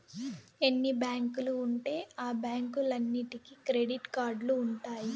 ఎన్ని బ్యాంకులు ఉంటే ఆ బ్యాంకులన్నీటికి క్రెడిట్ కార్డులు ఉంటాయి